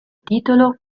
titolo